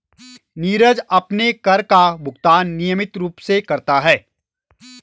नीरज अपने कर का भुगतान नियमित रूप से करता है